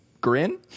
grin